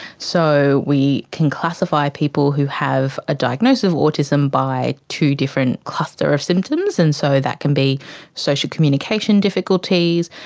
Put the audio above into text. so we can classify people who have a diagnosis of autism by two different clusters of symptoms. and so that can be social communication difficulties,